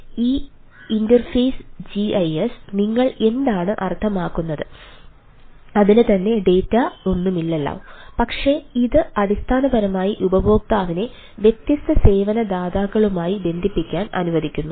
ഈ interface GIS നിങ്ങൾ എന്താണ് അർത്ഥമാക്കുന്നത് അതിന് തന്നെ ഡാറ്റയൊന്നുമില്ല പക്ഷേ ഇത് അടിസ്ഥാനപരമായി ഉപഭോക്താവിനെ വ്യത്യസ്ത സേവന ദാതാക്കളുമായി ബന്ധിപ്പിക്കാൻ അനുവദിക്കുന്നു